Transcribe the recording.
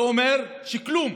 זה אומר שכלום,